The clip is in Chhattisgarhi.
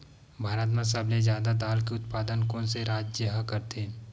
भारत मा सबले जादा दाल के उत्पादन कोन से राज्य हा करथे?